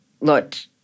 lot